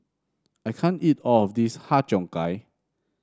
I can't eat all of this Har Cheong Gai